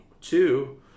Two